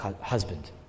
husband